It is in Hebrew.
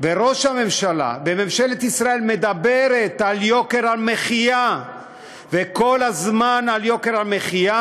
וראש הממשלה וממשלת ישראל מדברים על יוקר המחיה וכל הזמן על יוקר המחיה,